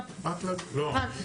להתייחס?